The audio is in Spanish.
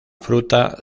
fruta